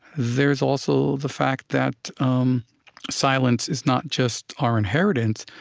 there's also the fact that um silence is not just our inheritance,